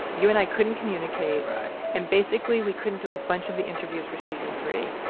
you and i couldn't communicate right and basically we couldn't do a bunch of the interviews for season three,